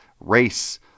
race